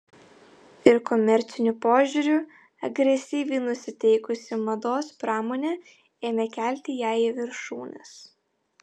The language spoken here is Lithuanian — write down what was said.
ir komerciniu požiūriu agresyviai nusiteikusi mados pramonė ėmė kelti ją į viršūnes